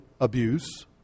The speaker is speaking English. abuse